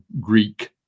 Greek